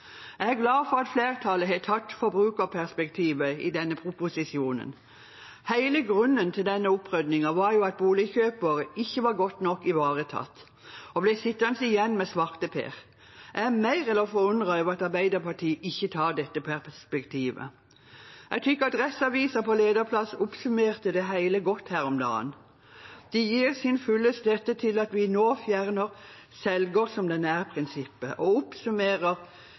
Jeg er glad for at flertallet har tatt forbrukerperspektivet i denne proposisjonen. Hele grunnen til denne opprydningen var jo at boligkjøpere ikke var godt nok ivaretatt og ble sittende igjen med svarteper. Jeg er mer enn forundret over at Arbeiderpartiet ikke tar dette perspektivet. Jeg synes Adresseavisen på lederplass oppsummerte det hele godt her om dagen. De gir sin fulle støtte til at vi nå fjerner prinsippet om å selge en eiendom «som den er», og oppsummerer